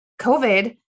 COVID